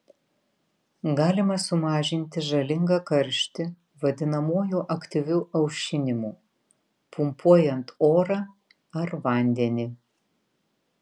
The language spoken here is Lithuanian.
galima sumažinti žalingą karštį vadinamuoju aktyviu aušinimu pumpuojant orą ar vandenį